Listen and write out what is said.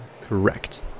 correct